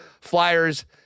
Flyers